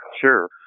sure